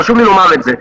חשוב לי לומר את זה.